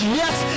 yes